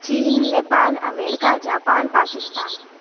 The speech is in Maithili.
चीन नेपाल अमेरिका जापान पाकिस्तान